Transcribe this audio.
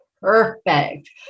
perfect